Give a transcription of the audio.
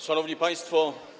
Szanowni Państwo!